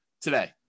today